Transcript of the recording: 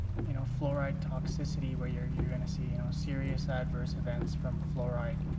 you know, fluoride toxicity where you're you're going to see you know serious adverse events from fluoride,